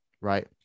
right